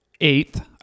eighth